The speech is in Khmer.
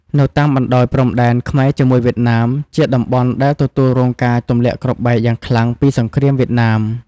នៅតាមបណ្តោយព្រំដែនខ្មែរជាមួយវៀតណាម ជាតំបន់ដែលទទួលរងការទម្លាក់គ្រាប់បែកយ៉ាងខ្លាំងពីសង្គ្រាមវៀតណាម។